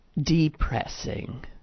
depressing